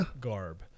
garb